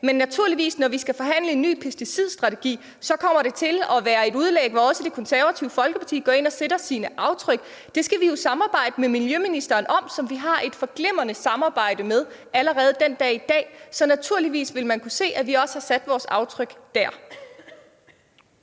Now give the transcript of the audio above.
Men når vi skal forhandle en ny pesticidstrategi, kommer der naturligvis til at være et oplæg, hvor også Det Konservative Folkeparti går ind og sætter sine aftryk. Det skal vi jo samarbejde om med miljøministeren, som vi har et glimrende samarbejde med allerede den dag i dag. Så naturligvis vil man kunne se, at vi også har sat vores aftryk der.